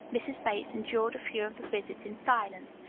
mrs. bates endured a few of the visits in silence,